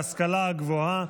ההשכלה הגבוהה,